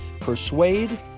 persuade